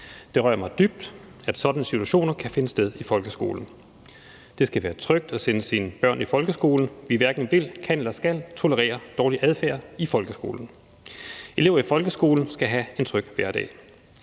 Det berører mig dybt, at sådanne situationer kan finde sted i folkeskolen. Det skal være trygt at sende sine børn i folkeskole. Vi hverken vil, kan eller skal tolerere dårlig adfærd i folkeskolen. Elever i folkeskolen skal have en tryg hverdag.